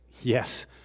yes